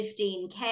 15K